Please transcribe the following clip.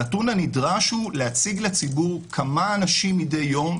הנתון הנדרש הוא להציג לציבור כמה אנשים מדי יום,